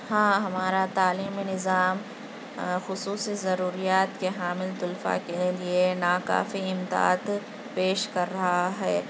ہاں ہمارا تعلیمی نظام خصوصی ضروریات کے حامل طلباء کے لیے ناکافی اِمداد پیش کر رہا ہے